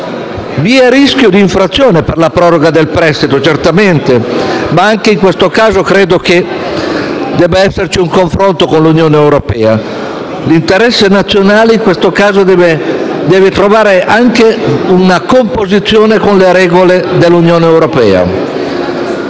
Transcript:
il rischio d'infrazione per la proroga del prestito, certamente, ma anche in questo caso credo debba esserci un confronto con l'Unione europea. L'interesse nazionale, in questo frangente, deve trovare una composizione con le regole dell'Unione europea,